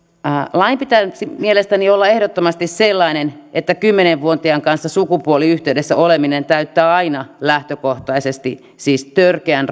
lain pitäisi mielestäni olla ehdottomasti sellainen että kymmenen vuotiaan kanssa sukupuoliyhteydessä oleminen täyttää aina lähtökohtaisesti siis törkeän